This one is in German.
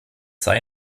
sei